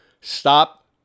stop